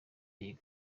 iyi